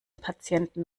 patienten